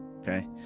okay